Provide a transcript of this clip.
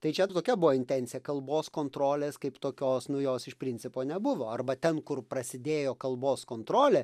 tai čia tokia buvo intencija kalbos kontrolės kaip tokios nu jos iš principo nebuvo arba ten kur prasidėjo kalbos kontrolė